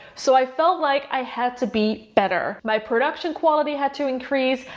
so i felt like i had to be better, my production quality had to increase,